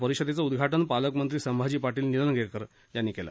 परिषदेच उद्घाटन पालकमंत्री संभाजी पाटील निलंगेकर यांनी केलं